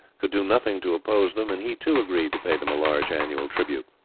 could do nothing to oppose them, and he too agreed to pay them a large annual tribute.